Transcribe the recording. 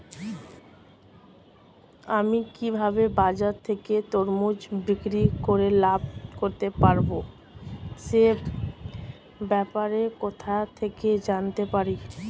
আমি কিভাবে বাজার থেকে তরমুজ বিক্রি করে লাভ করতে পারব সে ব্যাপারে কোথা থেকে জানতে পারি?